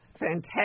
fantastic